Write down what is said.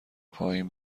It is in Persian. پایین